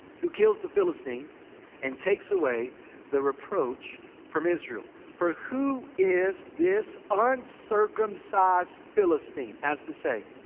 who kills the philistine and takes away the reproach from israel? for who is this uncircumcised philistine? as to say,